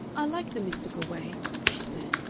i like the mystical way, she said.